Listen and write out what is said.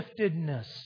giftedness